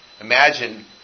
imagine